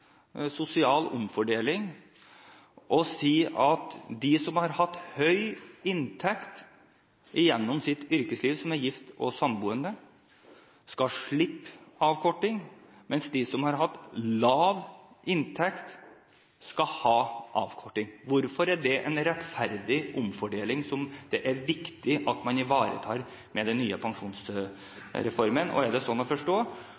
sosial omfordeling – å si at de som har hatt høy inntekt igjennom sitt yrkesliv, og som er gift/samboende, skal slippe avkorting, mens de som har hatt lav inntekt, skal ha avkorting? Hvorfor er det en rettferdig omfordeling, som det er viktig at man ivaretar med den nye pensjonsreformen? Og er det sånn å forstå: